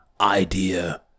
idea